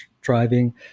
driving